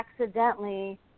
accidentally